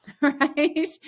right